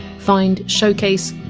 find showcase,